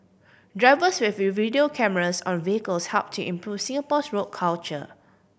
drivers with V video cameras on vehicles help to improve Singapore's road culture